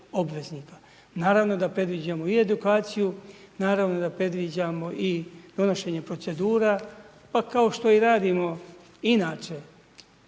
Naravno da predviđamo i edukaciju, naravno da predviđamo i donošenje procedura. Pa kao što i radimo i inače,